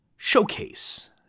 Showcase